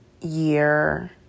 year